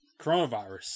coronavirus